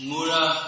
Mura